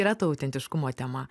yra ta autentiškumo tema